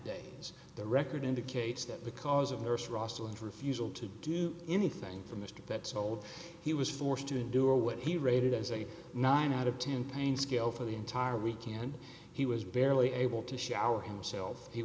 days the record indicates that because of nurse russell and refusal to do anything for mr betts old he was forced to endure what he rated as a nine out of ten pain scale for the entire weekend he was barely able to shower himself he